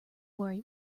worry